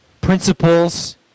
principles